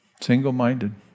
single-minded